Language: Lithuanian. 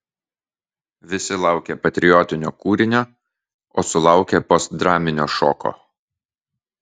visi laukė patriotinio kūrinio o sulaukė postdraminio šoko